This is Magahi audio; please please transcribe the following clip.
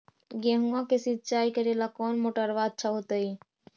गेहुआ के सिंचाई करेला कौन मोटरबा अच्छा होतई?